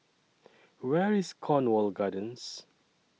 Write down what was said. Where IS Cornwall Gardens